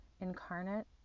Incarnate